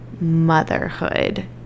motherhood